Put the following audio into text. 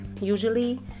usually